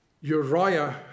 Uriah